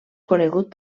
conegut